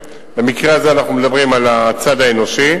מגיל 40,